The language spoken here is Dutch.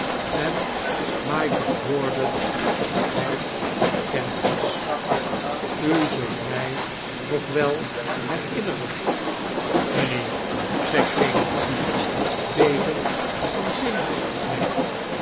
en michael warden dat hij herkend was u zult u mij nog wel herinneren mijnheer z-ei clemency bevend van zenuwaohtigheid